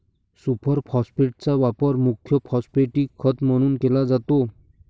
super फॉस्फेटचा वापर मुख्य फॉस्फॅटिक खत म्हणून केला जातो